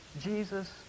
Jesus